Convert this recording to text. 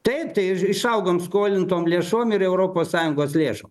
taip tai i išaugom skolintom lėšom ir europos sąjungos lėšom